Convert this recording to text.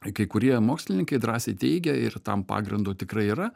kai kurie mokslininkai drąsiai teigia ir tam pagrindo tikrai yra